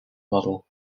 model